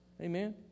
Amen